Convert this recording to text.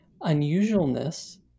unusualness